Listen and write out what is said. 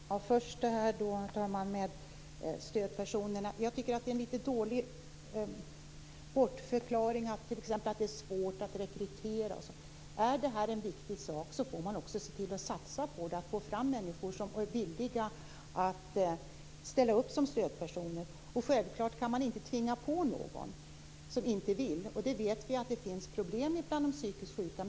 Herr talman! Först vill jag ta upp frågan om stödpersoner. Jag tycker att det är en litet dålig bortförklaring att det är svårt att rekrytera. Gäller det en viktig sak får man också se till att satsa på den, så att man får fram människor som är villiga att ställa upp som stödpersoner. Självfallet kan man inte tvinga en stödperson på någon som inte vill. Vi vet att det finns problem bland de psykiskt sjuka.